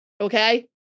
Okay